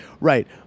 right